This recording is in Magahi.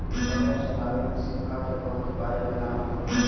बाजार चलावे में सिक्का के बहुत बार योगदान होबा हई